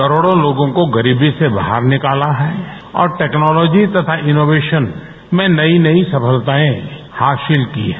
करोड़ों लोगों को गरीबी से बाहर निकाला है और टेक्नोलॉजी तथा इनोवेशन में नई नई सफलताएं हासिल की है